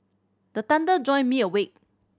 the thunder join me awake